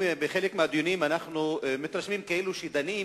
בחלק מהדיונים אנחנו מתרשמים כאילו דנים